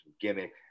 gimmick